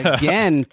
again